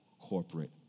corporate